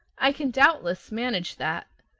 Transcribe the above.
i can doubtless manage that.